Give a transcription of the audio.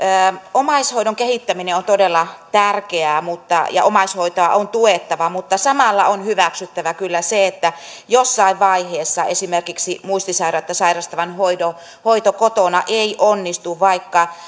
omaishoidon kehittäminen on todella tärkeää ja omaishoitoa on tuettava mutta samalla on kyllä hyväksyttävä se että jossain vaiheessa esimerkiksi muistisairautta sairastavan hoito kotona ei onnistu vaikka